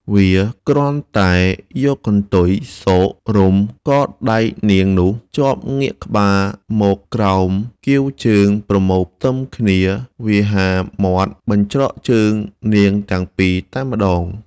វាគ្រាន់តែយកកន្ទុយស៊ករុំក៏ដៃនាងនោះជាប់ងាកក្បាលមកក្រោមកៀវជើងប្រមូលផ្ទឹមគ្នា វាហារមាត់បញ្ច្រកជើង នាងទាំងពីរតែម្ដង។